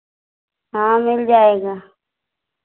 हाँ मिल जाएगा